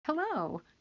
Hello